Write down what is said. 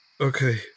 Okay